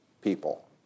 people